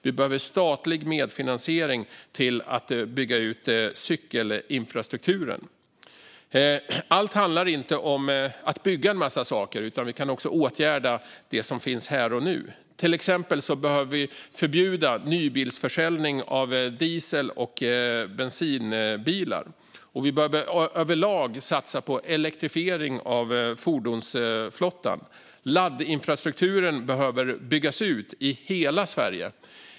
Vi behöver statlig medfinansiering till att bygga ut cykelinfrastrukturen. Allt handlar inte om att bygga en massa saker. Vi kan också åtgärda det som finns här och nu. Vi behöver till exempel förbjuda nybilsförsäljning av diesel och bensinbilar. Vi behöver överlag satsa på elektrifiering av fordonsflottan. Laddinfrastrukturen behöver byggas ut i hela Sverige.